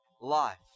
life